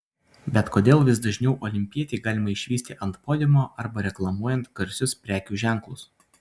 bet kodėl vis dažniau olimpietį galima išvysti ant podiumo arba reklamuojant garsius prekių ženklus